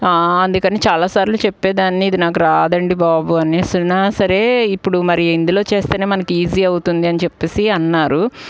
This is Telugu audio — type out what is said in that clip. అందుకని చాలాసార్లు చెప్పేదాన్ని ఇది నాకు రాదండి బాబు అనిఅయినా సరే ఇప్పుడు మరి ఇందులో చేస్తే మనకి ఈజీ అవుతుంది అని చెప్పేసి అన్నారు